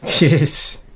Yes